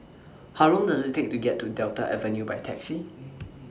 How Long Does IT Take to get to Delta Avenue By Taxi